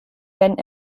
werden